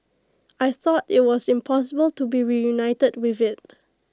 I thought IT was impossible to be reunited with IT